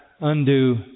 undo